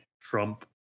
Trump